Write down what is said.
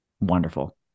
wonderful